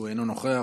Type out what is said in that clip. הוא אינו נוכח,